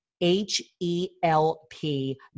H-E-L-P